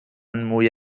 موی